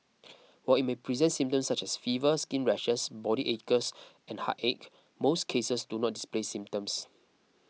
while it may present symptoms such as fever skin rashes body aches and headache most cases do not display symptoms